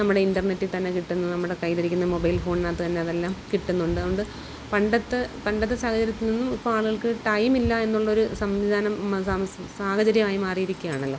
നമ്മുടെ ഇൻറ്റർനെറ്റിൽ തന്നെ കിട്ടുന്ന നമ്മുടെ കയ്യിലിരിക്കുന്ന മൊബൈൽ ഫോണിനകത്ത് തന്നെ അതെല്ലാം കിട്ടുന്നുണ്ട് അതുകൊണ്ട് പണ്ടത്തെ പണ്ടത്തെ സാഹചര്യത്തിൽ നിന്നും ഇപ്പം ആളുകൾക്ക് ടൈം ഇല്ല എന്നുള്ളൊരു സംവിധാനം സാഹചര്യമായ് മാറിയിരിക്കുകയാണല്ലോ